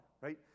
right